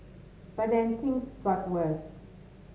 but then things got worse